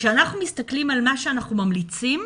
כשאנחנו מסתכלים על מה שאנחנו ממליצים,